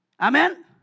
Amen